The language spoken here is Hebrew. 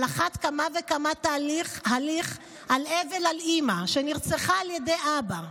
על אחת כמה וכמה תהליך אבל על אימא שנרצחה על ידי אבא.